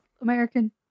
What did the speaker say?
American